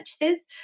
purchases